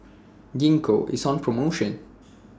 Gingko IS on promotion